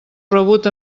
rebut